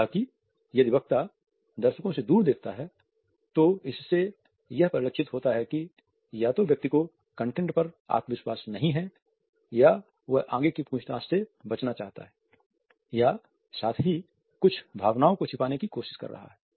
हालांकि यदि वक्ता दर्शकों से दूर देखता है तो इससे यह परिलक्षित होता है कि या तो व्यक्ति को कंटेंट पर आत्मविश्वास नहीं है या वह आगे की पूछताछ से बचना चाहता है या साथ ही कुछ भावनाओं को छिपाने की कोशिश कर रहा है